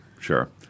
sure